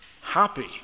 Happy